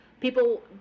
People